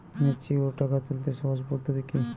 Mature টাকা তুলতে সহজ পদ্ধতি কি?